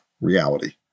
reality